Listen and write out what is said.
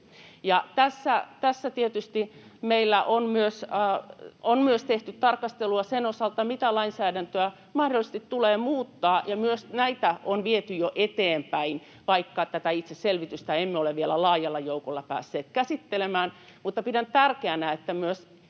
tässä tietysti meillä on myös tehty tarkastelua sen osalta, mitä lainsäädäntöä mahdollisesti tulee muuttaa, ja myös näitä on viety jo eteenpäin, vaikka tätä itse selvitystä emme ole vielä laajalla joukolla päässeet käsittelemään. Mutta pidän tärkeänä, että